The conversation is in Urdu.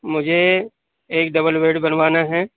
مجھے ایک ڈبل بیڈ بنوانا ہیں